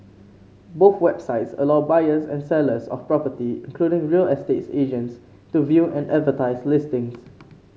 both websites allow buyers and sellers of property including real estate agents to view and advertise listings